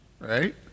Right